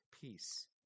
peace